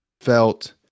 felt